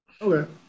Okay